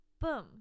boom